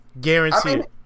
Guaranteed